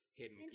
hidden